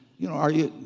you know are you,